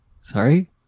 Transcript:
sorry